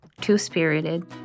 two-spirited